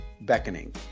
beckoning